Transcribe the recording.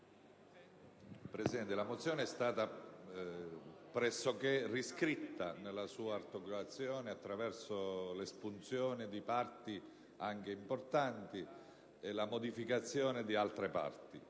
Presidente, la mozione è stata pressoché riscritta nella sua articolazione attraverso l'espunzione di parti anche importanti e la modifica di altre.